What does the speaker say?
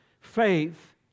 faith